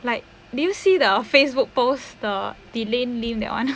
like do you see the Facebook post the delay lim that [one]